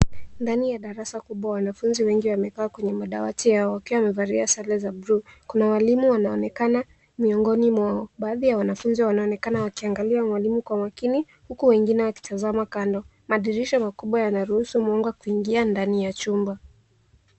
Ndani ya darasa kubwa wanafunzi wengi wamekaa kwenye madawati yao wakiwa wamevalia sare za bluu. Kuna walimu wanaonekana miongoni mwao. Baadhi ya wanafunzi wanaonekana wakiangalia mwalimu kwa makini huku wengine wakitazama kando. Madirisha makubwa yanaruhusu mwanga kuingia ndani ya chumba.